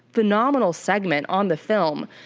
phenomenal segment on the film.